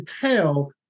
tell